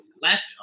last